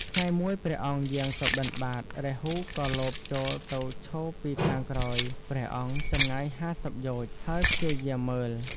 ថ្ងៃមួយ ព្រះអង្គយាងទៅបិណ្ឌបាត រាហូក៏លបចូលទៅឈរពីខាងក្រោយព្រះអង្គ ចម្ងាយ ៥០ យោជន៍ ហើយព្យាយាមមើល។